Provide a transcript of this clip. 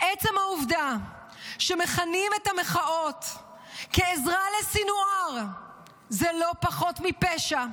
עצם העובדה שמכנים את המחאות כעזרה לסנוואר זה לא פחות מפשע.